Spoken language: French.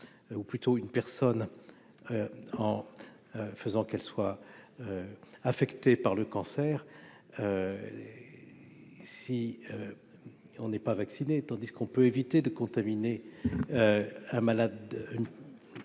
ou plutôt une personne en faisant qu'elles soient affectés par le cancer si on n'est pas vacciné, tandis qu'on peut éviter de contaminer malade